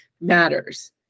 matters